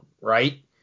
right